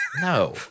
No